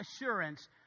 assurance